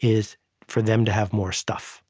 is for them to have more stuff.